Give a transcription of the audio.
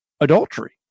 adultery